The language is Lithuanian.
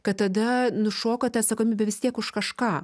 kad tada nušoka ta atsakomybė vis tiek už kažką